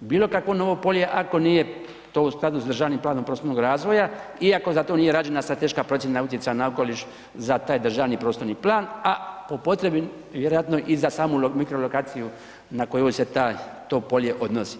bilo kakvo novo polje ako nije to u skladu s državnim planom prostornog razvoja, i ako za to nije rađena strateška procjena utjecaja na okoliš za taj državni prostorni plan, a po potrebi vjerojatno i za samu mikrolokaciju na kojoj se to polje odnosi.